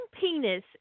penis